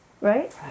right